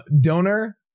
Donor